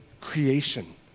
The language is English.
creation